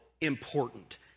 important